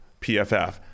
PFF